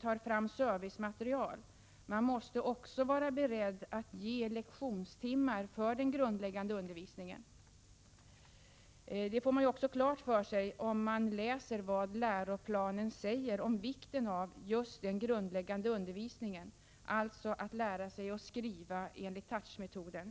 tar fram servicematerial utan också är beredd att ge lektionstimmar till den grundläggande undervisningen. Att detta är angeläget får man klart för sig om man läser vad läroplanen säger om vikten av just den grundläggande undervisningen — alltså att lära sig skriva enligt touchmetoden.